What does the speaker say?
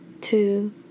two